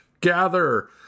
gather